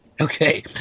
okay